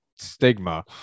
stigma